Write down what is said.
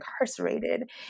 incarcerated